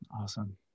Awesome